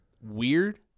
weird